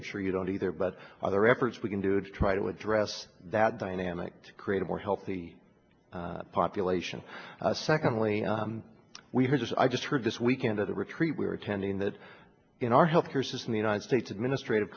i'm sure you don't either but other efforts we can do to try to address that dynamic to create a more healthy population secondly we're just i just heard this weekend at a retreat we were attending that in our health care system the united states administrative